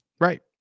right